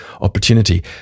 opportunity